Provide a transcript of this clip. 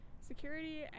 security